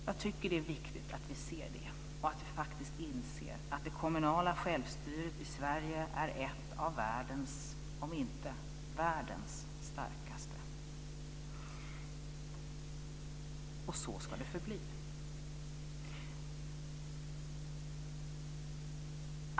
Jag tycker att det är viktigt att vi ser det och att vi faktiskt inser att det kommunala självstyret i Sverige är ett av de starkaste, om inte det allra starkaste, i världen. Och så ska det förbli.